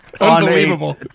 Unbelievable